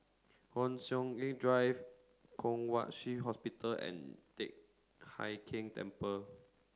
Hon Sui Sen Drive Kwong Wai Shiu Hospital and Teck Hai Keng Temple